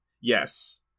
Yes